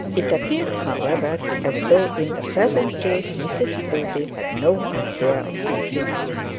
it appeared, however, as though in the present case mrs proudie had no idea of retreating.